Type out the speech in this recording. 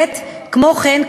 כמו כן,